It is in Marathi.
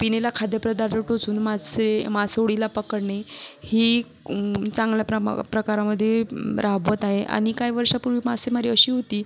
पिनीला खाद्यपदार्थापासून मासे मासोळीला पकडणे ही चांगल्या प्रमा प्रकारामध्ये राबवत आहे आणि काही वर्षापूर्वी मासेमारी अशी होती